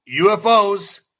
ufos